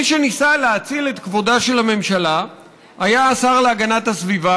מי שניסה להציל את כבודה של הממשלה היה השר להגנת הסביבה,